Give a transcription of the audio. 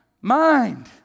mind